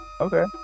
okay